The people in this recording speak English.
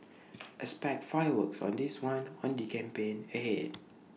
expect fireworks on this one in the campaign ahead